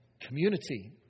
community